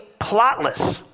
plotless